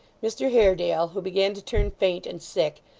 mr haredale, who began to turn faint and sick,